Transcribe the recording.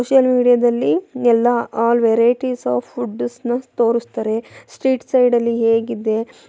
social ಮೀಡಿಯಾದಲ್ಲಿ ಎಲ್ಲ all varieties of ಫುಡ್ಸನ್ನ ತೋರಿಸ್ತಾರೆ ಸ್ಟ್ರೀಟ್ ಸೈಡಲ್ಲಿ ಹೇಗಿದೆ